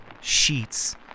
Sheets